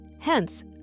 Hence